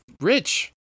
Rich